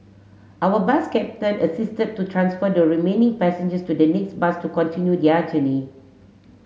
our bus captain assisted to transfer the remaining passengers to the next bus to continue their journey